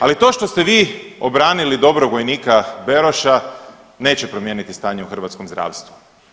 Ali to što ste vi obranili dobrog vojnika Beroša neće promijeniti stanje u hrvatskom zdravstvu.